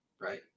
right